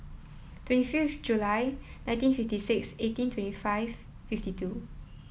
twenty five July nineteen fifty six eighteen twenty five fifty two